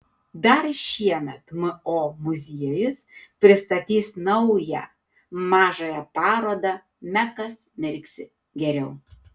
dar šiemet mo muziejus pristatys naują mažąją parodą mekas mirksi geriau